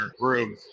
room